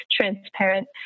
transparent